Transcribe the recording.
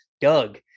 Doug